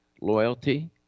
loyalty